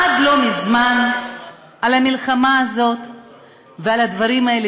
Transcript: עד לא מזמן על המלחמה הזאת ועל הדברים האלה